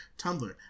Tumblr